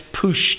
pushed